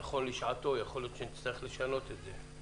נכון לשעתו, יכול להיות שנצטרך לשנות את זה.